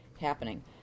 Happening